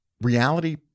Reality